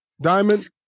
Diamond